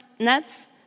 Nuts